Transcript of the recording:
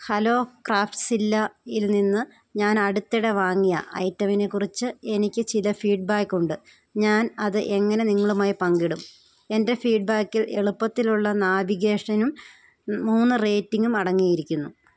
hello ക്രാഫ്റ്റ്സ്വില്ലയിൽ നിന്ന് ഞാൻ അടുത്തിടെ വാങ്ങിയ ഐറ്റമിനെക്കുറിച്ച് എനിക്ക് ചില ഫീഡ്ബാക്കുണ്ട് ഞാൻ അതെങ്ങനെ നിങ്ങളുമായി പങ്കിടും എൻ്റെ ഫീഡ്ബാക്കിൽ എളുപ്പത്തിലുള്ള നാവിഗേഷനും മൂന്ന് റേറ്റിംഗും അടങ്ങിയിരിക്കുന്നു